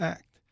Act